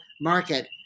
market